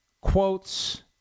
quotes